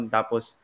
Tapos